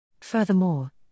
Furthermore